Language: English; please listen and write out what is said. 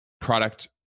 product